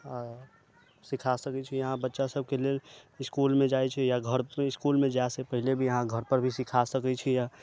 आ सिखा सकै छी अहाँ बच्चासभके लेल इस्कुलमे जाइ छै या घरमे इस्कुलमे जायसँ पहिने भी अहाँ घरपर भी सिखा सकै छी या